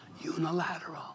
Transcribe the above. unilateral